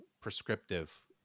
prescriptive